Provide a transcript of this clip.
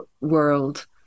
world